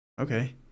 okay